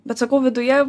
bet sakau viduje